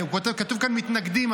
כתוב כאן "מתנגדים",